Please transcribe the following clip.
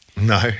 No